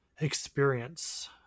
experience